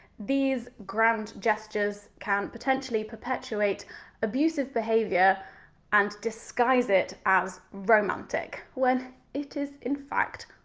these grand gestures can potentially perpetuate abusive behaviour and disguise it as romantic when it is in fact,